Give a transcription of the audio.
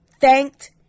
thanked